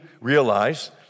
realize